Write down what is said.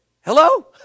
Hello